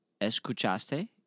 Escuchaste